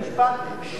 שם היה.